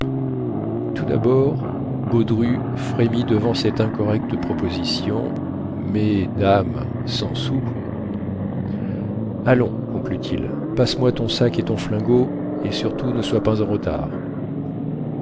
tout dabord baudru frémit devant cette incorrecte proposition mais dame cent sous allons conclut-il passe-moi ton sac et ton flingot et surtout ne sois pas en retard